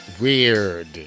Weird